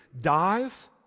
dies